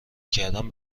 کردن